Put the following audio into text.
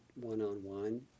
one-on-one